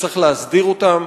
שצריך להסדיר אותן,